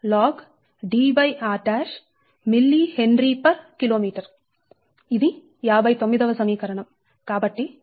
4605 log Dr mHkm ఇది 59 వ సమీకరణం